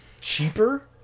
cheaper